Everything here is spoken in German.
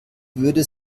würde